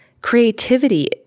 creativity